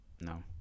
No